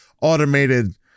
automated